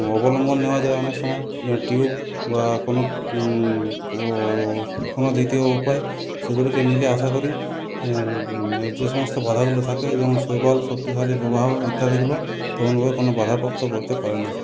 অবলম্বন নেওয়া যায় অনেক সময় যেমন টিউব বা কোনো কোনো দ্বিতীয় উপায় সেগুলিকে নিলে আশা করি যে সমস্ত বাঁধাগুলো থাকে যেমন শৈবাল শক্তিশালী প্রবাহ ইত্যাদিগুলো তেমনভাবে কোনো বাঁধা করতে পারে না